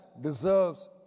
deserves